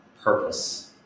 purpose